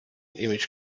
image